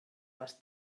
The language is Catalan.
les